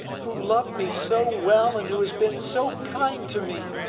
who loved me so well and who has been so kind to me!